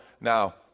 now